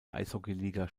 eishockeyliga